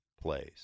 plays